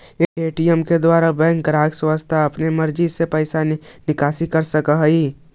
ATM के द्वारा bank के ग्राहक स्वता अपन मर्जी से पैइसा के निकासी कर सकऽ हइ